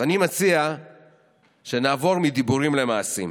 אז אני מציע שנעבור מדיבורים למעשים.